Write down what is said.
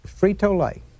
Frito-Lay